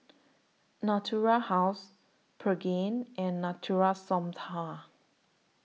Natura House Pregain and Natura Stoma